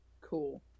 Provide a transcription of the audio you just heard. Cool